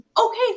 okay